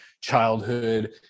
childhood